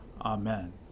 Amen